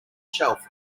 shelf